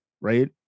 right